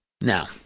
Now